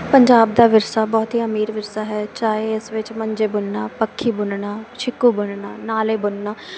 ਪੰਜਾਬ ਦਾ ਵਿਰਸਾ ਬਹੁਤ ਹੀ ਅਮੀਰ ਵਿਰਸਾ ਹੈ ਚਾਹੇ ਇਸ ਵਿੱਚ ਮੰਜੇ ਬੁਣਨਾ ਪੱਖੀ ਬੁਣਨਾ ਛਿੱਕੂ ਬੁਣਨਾ ਨਾਲੇ ਬੁਣਨਾ